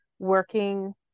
Working